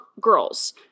girls